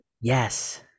yes